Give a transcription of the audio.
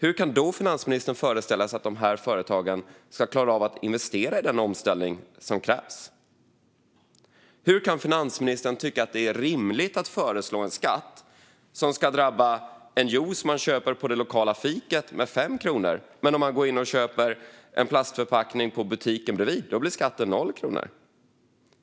Hur kan då finansministern föreställa sig att de här företagen ska klara av att investera i den omställning som krävs? Hur kan finansministern tycka att det är rimligt att föreslå en skatt som ska drabba en juice man köper på det lokala fiket med 5 kronor, medan skatten blir 0 kronor om man går in och köper en plastförpackning i butiken bredvid?